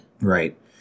Right